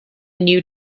new